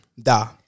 da